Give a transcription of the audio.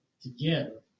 together